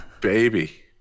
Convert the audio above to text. baby